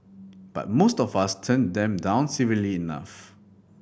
but most of us turn them down civilly enough